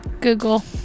Google